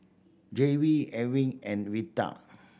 Jair we Ewing and Vita